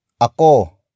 Ako